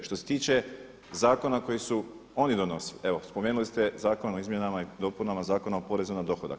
Što se tiče zakona koje su oni donosili, evo spomenuli ste Zakon o izmjenama i dopunama Zakona o porezu na dohodak.